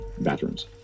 bathrooms